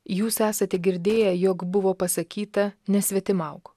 jūs esate girdėję jog buvo pasakyta nesvetimauk